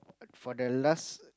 for the last